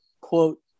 quote